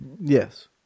Yes